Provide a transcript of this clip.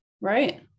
Right